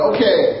Okay